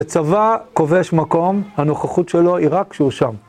הצבא כובש מקום, הנוכחות שלו היא רק כשהוא שם